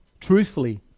truthfully